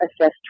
assess